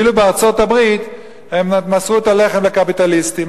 ואילו בארצות-הברית הם מסרו את הלחם לקפיטליסטים.